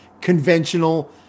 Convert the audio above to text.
conventional